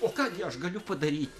o ką gi aš galiu padaryti